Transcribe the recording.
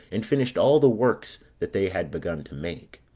and finished all the works that they had begun to make.